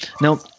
Now